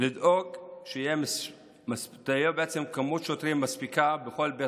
לדאוג שתהיה כמות שוטרים מספיקה בכל בית